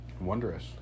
Wondrous